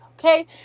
Okay